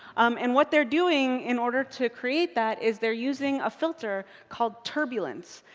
and what they're doing, in order to create that, is they're using a filter called turbulence.